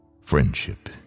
Friendship